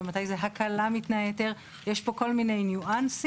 ומתי זו הקלה מתנאי היתר יש פה כל מיני ניואנסים,